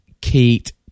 Kate